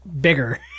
bigger